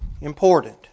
important